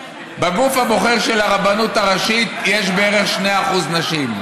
בגוף הבוחר של הרבנות הראשית יש בערך 2% נשים.